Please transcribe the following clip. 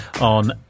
on